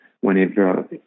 whenever